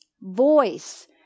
voice